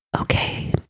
Okay